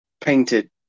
painted